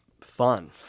fun